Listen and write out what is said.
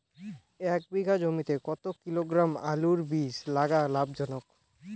এক বিঘা জমিতে কতো কিলোগ্রাম আলুর বীজ লাগা লাভজনক?